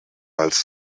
als